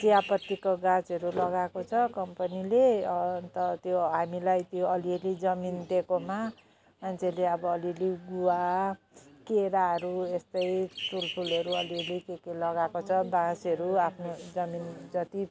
चियापत्तीको गाछहरू लगाएको छ कम्पनीले अन्त त्यो हामीलाई त्यो अलि अलि जमिन दिएकोमा मान्छेले अब अलि अलि गुवा केराहरू यस्तै तुलफुलहरू अलि अलि के के लगाएको छ बाँसहरू आफ्नो जमिन जति